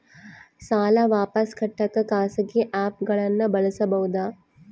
ಸಾಲ ವಾಪಸ್ ಕಟ್ಟಕ ಖಾಸಗಿ ಆ್ಯಪ್ ಗಳನ್ನ ಬಳಸಬಹದಾ?